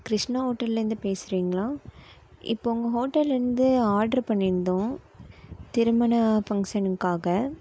கிருஷ்ணா ஹோட்டல்லேருந்து பேசுகிறீங்களா இப்போது உங்கள் ஹோட்டல்லேந்து ஆர்ட்ரு பண்ணியிருந்தோம் திருமண ஃபங்க்ஷனுக்காக